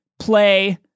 play